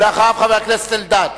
ולאחריו, חבר הכנסת אלדד.